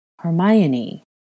Hermione